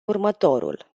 următorul